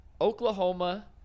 Oklahoma